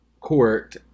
court